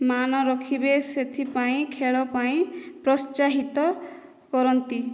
ମାନ ରଖିବେ ସେଥିପାଇଁ ଖେଳ ପାଇଁ ପ୍ରୋତ୍ସାହିତ କରନ୍ତି